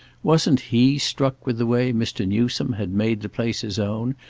wasn't he struck with the way mr. newsome had made the place his own,